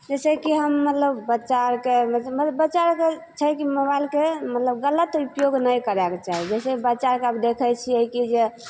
जैसे कि हम मतलब बच्चा आरके मतलब बच्चा आरके छै कि मोबाइलके मतलब गलत उपयोग नहि करयके चाही जैसे बच्चा आरके देखय छियै की जे